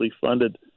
funded